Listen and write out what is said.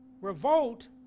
Revolt